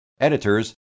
editors